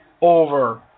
over